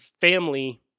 family